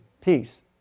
Peace